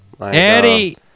Eddie